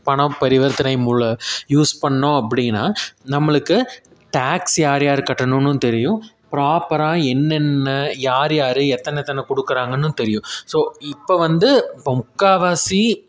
பணப்பரிவர்த்தனை மூலம் யூஸ் பண்ணோம் அப்படின்னா நம்மளுக்கு டேக்ஸ் யார் யார் கட்டணும்ன்னு தெரியும் ப்ராப்பராக என்னென்ன யார் யார் எத்தனை எத்தனை கொடுக்கறாங்கன்னு தெரியும் ஸோ இப்போ வந்து இப்போ முக்கால்வாசி